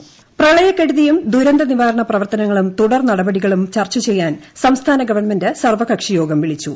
ടട സർവ്വക്ഷിയോഗം പ്രളയക്കെടുതിയും ദുരന്ത നിവാരണ പ്രവർത്തനങ്ങളും തുടർനടപടികളും ചർച്ചചെയ്യാൻ സംസ്ഥാന ഗവൺമെന്റ് സർവകക്ഷി യോഗം വിളിച്ചു